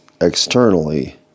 externally